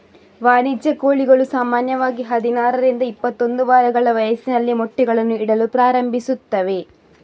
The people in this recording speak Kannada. ವಾಣಿಜ್ಯ ಕೋಳಿಗಳು ಸಾಮಾನ್ಯವಾಗಿ ಹದಿನಾರರಿಂದ ಇಪ್ಪತ್ತೊಂದು ವಾರಗಳ ವಯಸ್ಸಿನಲ್ಲಿ ಮೊಟ್ಟೆಗಳನ್ನು ಇಡಲು ಪ್ರಾರಂಭಿಸುತ್ತವೆ